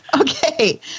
Okay